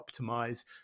optimize